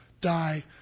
die